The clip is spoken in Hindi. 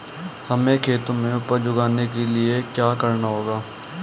हमें खेत में उपज उगाने के लिये क्या करना होगा?